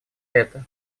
это